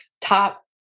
top